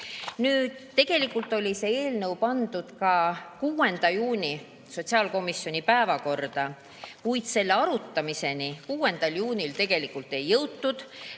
Tegelikult oli see eelnõu pandud ka 6. juuni sotsiaalkomisjoni päevakorda, kuid selle arutamiseni 6. juunil tegelikult ei jõutud,